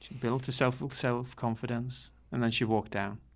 built a self full self confidence and then she walked down.